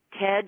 Ted